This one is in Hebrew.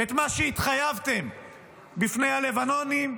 את מה שהתחייבתם בפני הלבנונים,